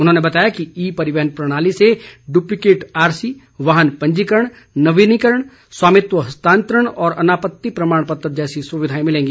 उन्होंने बताया कि ई परिवहन प्रणाली से ड्प्लीकेट आरसी वाहन पंजीकरण नवीनीकरण स्वामित्व हस्तांतरण और अनापत्ति प्रमाणपत्र जैसी सुविधाएं मिलेंगी